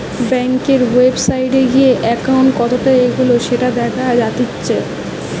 বেংকের ওয়েবসাইটে গিয়ে একাউন্ট কতটা এগোলো সেটা দেখা জাতিচ্চে